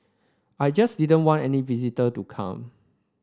I just didn't want any visitor to come